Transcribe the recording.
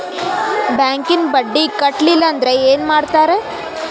ಬ್ಯಾಂಕಿನ ಬಡ್ಡಿ ಕಟ್ಟಲಿಲ್ಲ ಅಂದ್ರೆ ಏನ್ ಮಾಡ್ತಾರ?